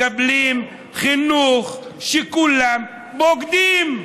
מקבלים חינוך שכולם בוגדים,